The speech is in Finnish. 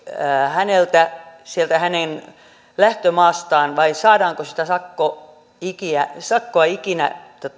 häneltä sieltä hänen lähtömaastaan vai saadaanko sitä sakkoa ikinä sakkoa ikinä